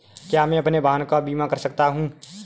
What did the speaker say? क्या मैं अपने वाहन का बीमा कर सकता हूँ?